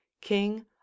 king